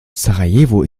sarajevo